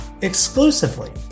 exclusively